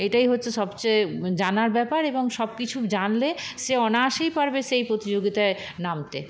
এটাই হচ্ছে সবচেয়ে জানার ব্যাপার এবং সব কিছু জানলে সে অনায়াসেই পারবে সেই প্রতিযোগিতায় নামতে